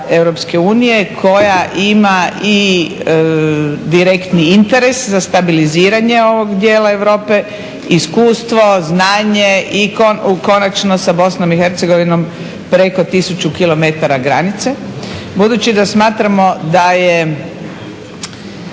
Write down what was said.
koja ima i direktni interes za stabiliziranje ovog dijela Europe, iskustvo, znanje i konačno sa BiH preko 1000 km granice. Budući da smatramo da je